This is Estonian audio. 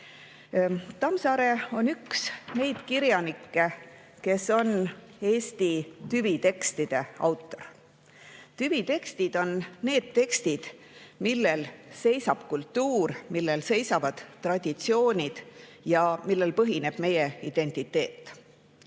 Tammsaare on üks neid kirjanikke, kes on Eesti tüvitekstide autor. Tüvitekstid on tekstid, millel seisab kultuur, millel seisavad traditsioonid ja millel põhineb meie identiteet.